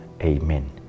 amen